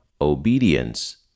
obedience